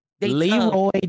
Leroy